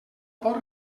pot